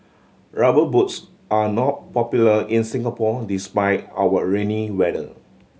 Rubber Boots are not popular in Singapore despite our rainy weather